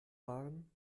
waren